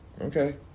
okay